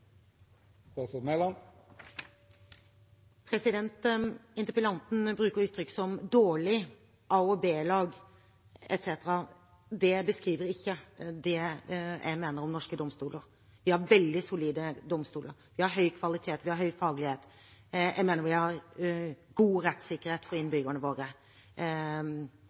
Interpellanten bruker uttrykk som «dårlig», «a- og b-lag» etc. Det beskriver ikke det jeg mener om norske domstoler. Vi har veldig solide domstoler. Vi har høy kvalitet. Vi har høy faglighet. Jeg mener vi har god rettssikkerhet for innbyggerne våre.